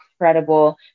incredible